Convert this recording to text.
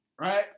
right